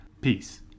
Peace